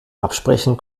absprechen